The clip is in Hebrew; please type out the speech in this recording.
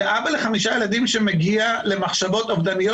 זה אבא לחמישה ילדים שמגיע למחשבות אובדניות